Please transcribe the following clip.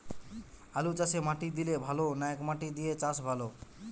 আলুচাষে মাটি দিলে ভালো না একমাটি দিয়ে চাষ ভালো?